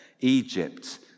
Egypt